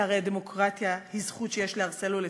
שהרי הדמוקרטיה היא זכות שיש לערסל ולטפח.